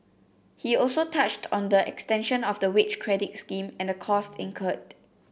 he also touched on the extension of the wage credit scheme and the costs incurred